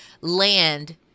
land